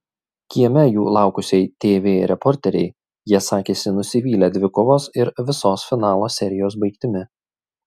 kieme jų laukusiai tv reporterei jie sakėsi nusivylę dvikovos ir visos finalo serijos baigtimi